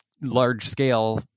large-scale